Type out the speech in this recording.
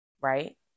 right